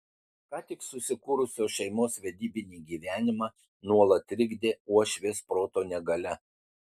ką tik susikūrusios šeimos vedybinį gyvenimą nuolat trikdė uošvės proto negalia